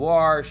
War